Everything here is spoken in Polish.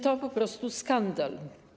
To po prostu skandal.